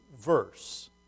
verse